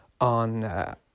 on